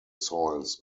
soils